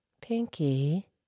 Pinky